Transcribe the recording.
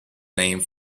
name